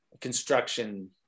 construction